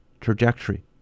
trajectory